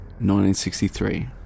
1963